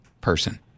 person